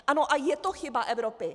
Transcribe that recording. Ano, a je to chyba Evropy.